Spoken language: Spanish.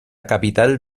capital